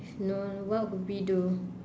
is no what would we do